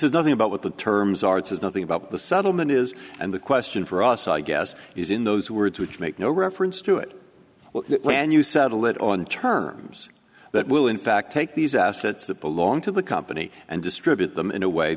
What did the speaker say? says nothing about what the terms are it is nothing about the settlement is and the question for us i guess is in those words which make no reference to it when you settle it on terms that will in fact take these assets that belong to the company and distribute them in a way